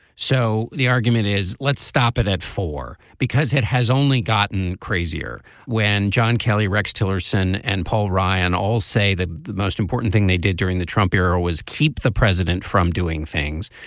so the argument is let's stop it at four because it has only gotten crazier when john kelly rex tillerson and paul ryan all say that the most important thing they did during the trump era was keep the president from doing things.